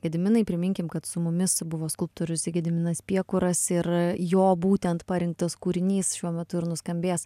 gediminai priminkim kad su mumis buvo skulptorius gediminas piekuras ir jo būtent parinktas kūrinys šiuo metu ir nuskambės